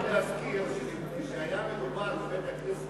רק להזכיר, כשהיה מדובר בבית-הכנסת